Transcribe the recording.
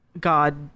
God